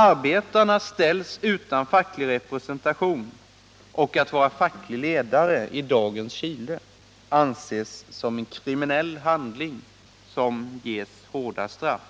Arbetarna ställs utan facklig representation, och att vara facklig ledare i dagens Chile anses som en kriminell handling som ger hårda straff.